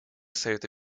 совета